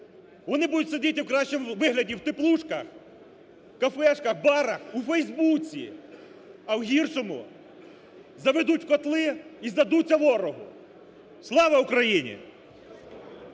Вони будуть сидіти в кращому вигляді в теплушках, в кафешках, барах, у Фейсбуці, а у гіршому заведуть в "котли" і здадуться ворогу. Слава Україні!